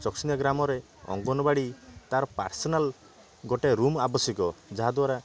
ଚକସିନ୍ଦିଆ ଗ୍ରାମରେ ଅଙ୍ଗନବାଡ଼ି ତା'ର ପାର୍ସନାଲ୍ ଗୋଟେ ରୁମ୍ ଆବଶ୍ୟକ ଯାହାଦ୍ଵାରା